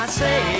say